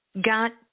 Got